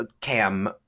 cam